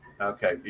okay